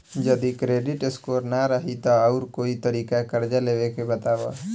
जदि credit score ना रही त आऊर कोई तरीका कर्जा लेवे के बताव?